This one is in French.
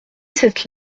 cette